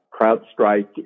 CrowdStrike